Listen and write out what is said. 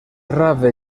rave